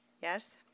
Yes